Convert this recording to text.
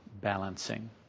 balancing